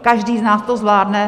Každý z nás to zvládne.